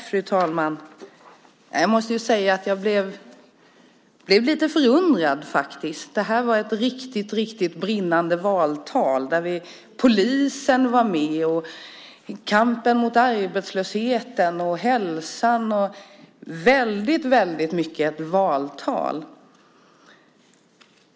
Fru talman! Jag måste säga att jag blev lite förundrad. Det var ett riktigt brinnande valtal, där polisen var med, hälsan och kampen mot arbetslösheten var med. Det var väldigt mycket ett valtal.